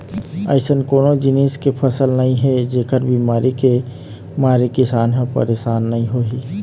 अइसन कोनो जिनिस के फसल नइ हे जेखर बिमारी के मारे किसान ह परसान नइ होही